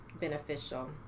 beneficial